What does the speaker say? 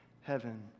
heaven